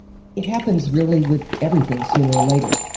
it happens really with everything sooner or later.